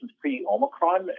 pre-Omicron